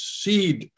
seed